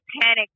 panic